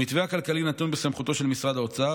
המתווה הכלכלי נתון בסמכותו של משרד האוצר.